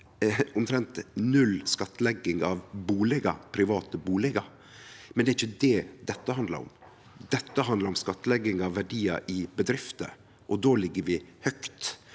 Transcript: omtrent null skattlegging av private bustader, men det er ikkje det dette handlar om. Dette handlar om skattlegging av verdiar i bedrifter, og då ligg vi høgt